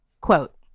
Quote